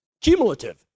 Cumulative